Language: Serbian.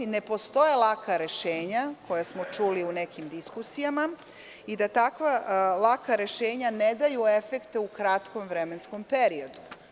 Ne postoje laka rešenja koja smo čuli u nekim diskusijama i da takva laka rešenja ne daju efekte u kratkom vremenskom periodu.